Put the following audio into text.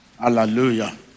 Hallelujah